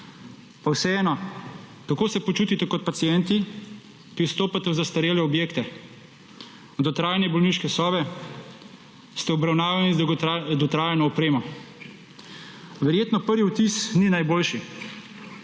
pa vseeno kako se počutite kot pacienti, ki vstopate v zastarele objekte, v dotrajane bolniške sobe, ste obravnavani z dotrajano opremo? Verjetno prvi vtis ni najboljši.